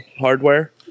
hardware